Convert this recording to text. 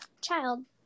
Child